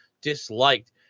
disliked